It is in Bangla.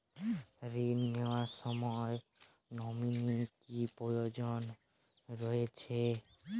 ঋণ নেওয়ার সময় নমিনি কি প্রয়োজন রয়েছে?